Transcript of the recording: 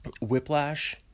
Whiplash